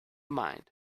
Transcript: mind